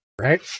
Right